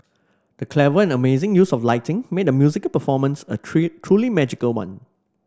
the clever and amazing use of lighting made the musical performance a tree truly magical one